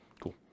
Cool